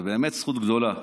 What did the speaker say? ובאמת זכות גדולה,